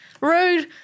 Rude